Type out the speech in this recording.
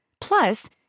Plus